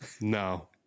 no